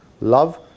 Love